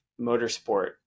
motorsport